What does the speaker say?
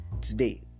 Today